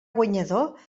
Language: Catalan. guanyador